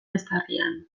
eztarrian